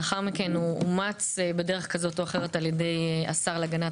לאחר מכן הוא אומץ בדרך זו או אחרת על ידי השר להגנת